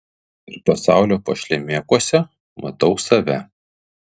ir pasaulio pašlemėkuose matau save